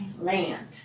land